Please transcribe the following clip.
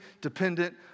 dependent